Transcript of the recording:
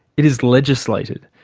it is legislated.